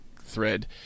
thread